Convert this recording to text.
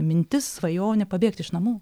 mintis svajonė pabėgti iš namų